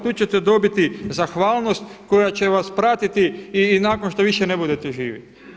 Tu ćete dobiti zahvalnost koja će vas pratiti i nakon što više ne budete živi.